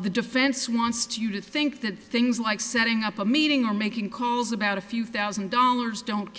the defense wants to you to think that things like setting up a meeting or making calls about a few thousand dollars don't